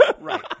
Right